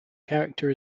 character